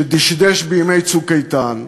שדשדש בימי "צוק איתן"